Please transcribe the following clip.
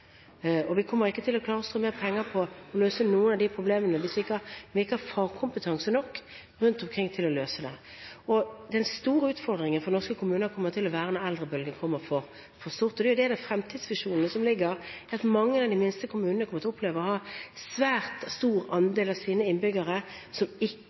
mer penger – hvis vi ikke har fagkompetanse nok rundt omkring til å løse det. Den store utfordringen for norske kommuner kommer til å være når eldrebølgen kommer for fullt. Med de fremtidsvisjonene som foreligger, vil mange av de minste kommunene komme til å oppleve at en svært stor andel av deres innbyggere er eldre og kommer til å være hjelpetrengende, og kommunene kommer til å ha